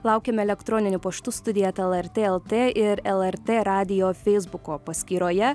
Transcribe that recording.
laukiame elektroniniu paštu studija eta lrt lt ir lrt radijo feisbuko paskyroje